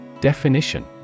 Definition